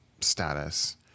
status